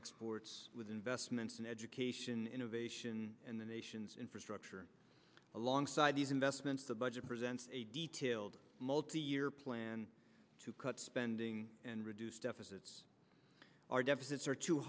exports with investments in education innovation and the nation's infrastructure alongside these investments the budget presents a detailed multi year plan to cut spending and reduce deficits our deficits are too